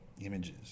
images